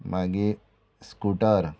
मागीर स्कुटर